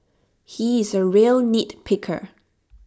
he is A real nitpicker